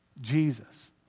jesus